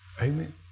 Amen